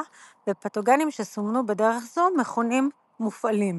ופתוגנים שסומנו בדרך זו מכונים מופעלים.